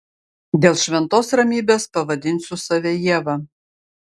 dėl šventos ramybės pavadinsiu save ieva